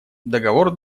договор